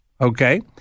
okay